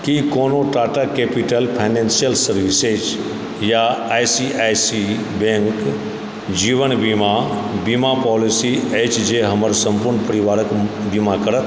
की कोनो Tata capital financial services या I C I C I bank जीवन बीमा बीमा पॉलिसी अछि जे हमर सम्पूर्ण परिवारक बीमा करत